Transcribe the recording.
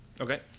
Okay